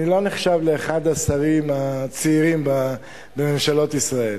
אני לא נחשב לאחד השרים הצעירים בממשלות ישראל,